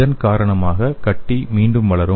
இதன் காரணமாக கட்டி மீண்டும் வளரும்